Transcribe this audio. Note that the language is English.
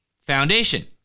foundation